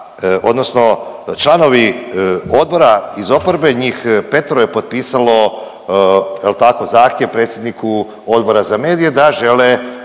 odnosno članovi odbora iz oporbe, njih petoro je potpisalo, je li tako, zahtjev predsjedniku Odbora za medije da žele